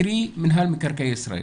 קרי מנהל מקרקעי ישראל,